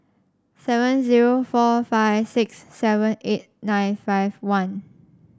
seven zero four five six seven eight nine five one